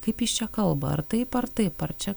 kaip jis čia kalba ar taip ar taip ar čia